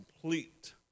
complete